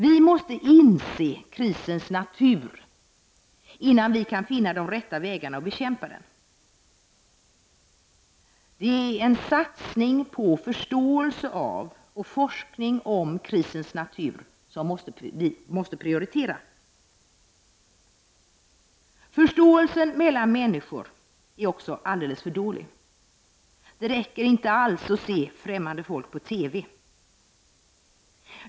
Vi måste inse krisens natur innan vi kan finna de rätta vägarna att bekämpa den. Det är en satsning på förståelse av och forskning om krisens natur som vi måste prioritera. Förståelsen mellan människor är också alldeles för dålig. Det räcker inte alls att bara se främmande folk på TV.